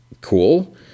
cool